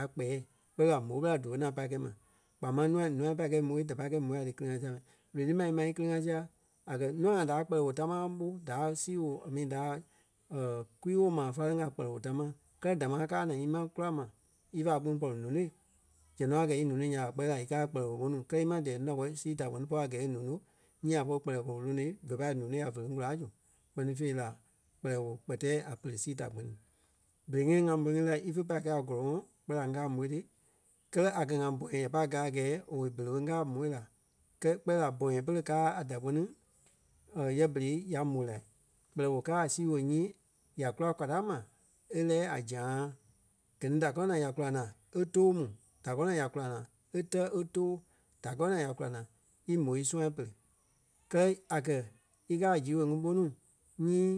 pai kpɛɛ kpɛɛ fêi la mó ɓela dífe ŋaŋ pai kɛi ma. Kpaa máŋ nûa ǹûai pai kɛ̂i môi da pai kɛi môi a dí kili-ŋa sia ma. Lonii ma ímaa íkili-ŋa sia a kɛ̀ nûa ŋai da kpɛlɛɛ woo támaa ɓó da sii-woo a mi da kwii-woo maa fáleŋ a kpɛlɛɛ-woo támaa kɛ́lɛ damaa káa naa ímaŋ kula ma ífa kpîŋ pɔri nônoi. Zɛŋ nɔ a gɛ́ í nóno nya ɓa kpɛɛ la í káa a kpɛlɛɛ-woo ɓo nuu kɛlɛ ímaa dɛɛ núu da pɔ́ sii da kpɛni pɔ́ a gɛɛ e nono nyii a pɔri kpɛlɛɛ kɔlɔ nônoi dífe pai nonôi a veleŋ kulaa zu kpɛ́ni fêi la kpɛlɛɛ-woo kpɛtɛi a pere sii da kpɛni. Berei ŋai ŋá môi ŋí la ífe pâi kɛ̂i a gɔ́lɔŋɔɔ kpɛɛ la ŋ́gaa mó ti kɛlɛ a kɛ̀ ŋa bɔ̃yɛ ya pâi gaa a gɛɛ owei berei ɓé ŋ́gaa mó la. Kɛ kpɛɛ la bɔ̃yɛ pere káa a̍ da kpɛni yɛ berei ya mó la. Kpɛlɛɛ-woo káa a sii-woo nyii ya kúla kwaa da ma e lɛ́ɛ a zã́a. Gɛ ni da kɔɔ naa ya kúla naa e too mu. Da kɔɔ naa ya kúla naa e tɛ́ e too. Da kɔɔ naa ya kúla naa í mó í sũâ pere. Kɛ́lɛ a kɛ̀ í káa a zii woo ŋí ɓó núu nyii